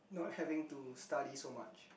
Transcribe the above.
not having to study so much